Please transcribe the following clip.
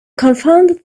confounded